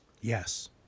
Yes